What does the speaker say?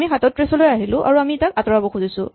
আমি ৩৭ লৈ আহিলো আৰু আমি তাক আঁতৰাব খুজিছোঁ